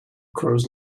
crows